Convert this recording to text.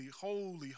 holy